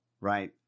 Right